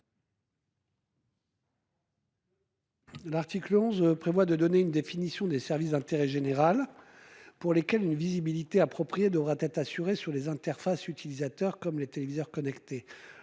L'article 11 vise à donner une définition des services d'intérêt général pour lesquels une visibilité appropriée devra être assurée sur les interfaces utilisateur comme les téléviseurs connectés.